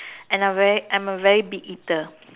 and I very I'm a very big eater